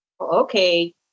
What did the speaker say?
Okay